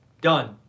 done